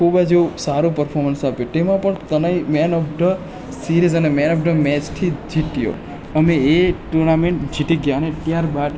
ખૂબ જ સારું પરફોર્મન્સ આપ્યું તેમાંય પણ Tanay man of the series અને મેન ઓફ ધ મેચથી જીત્યો અમે એ ટુર્નામેન્ટ જીતી ગયા અને ત્યાર બાદ